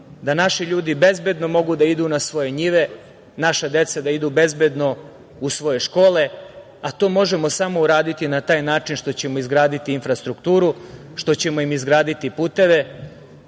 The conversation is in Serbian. da naši ljudi bezbedno mogu da idu na svoje njive, naša deca da idu bezbedno u svoje škole, a to možemo samo uraditi na taj način što ćemo izgraditi infrastrukturu, što ćemo im izgraditi puteve